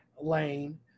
lane